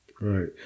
right